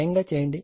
అందువల్ల RL